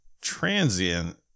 transient